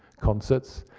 concerts.